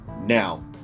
Now